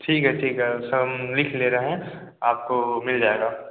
ठीक है ठीक है सब हम लिख ले रहें आपको मिल जाएगा